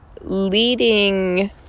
leading